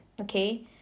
Okay